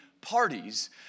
parties